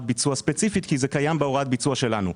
ביצוע ספציפית כי זה קיים בהוראת הביצוע שלנו.